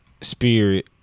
Spirit